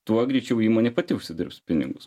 tuo greičiau įmonė pati užsidirbs pinigus